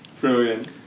Brilliant